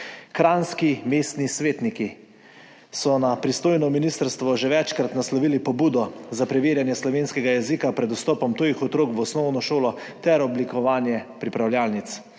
Kranjski mestni svetniki so na pristojno ministrstvo že večkrat naslovili pobudo za preverjanje slovenskega jezika pred vstopom tujih otrok v osnovno šolo ter oblikovanje pripravljalnic.